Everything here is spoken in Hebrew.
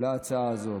להצעה הזאת.